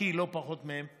בקי לא פחות מהם,